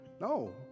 No